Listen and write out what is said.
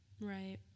right